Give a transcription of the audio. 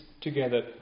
together